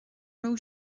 raibh